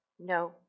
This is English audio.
No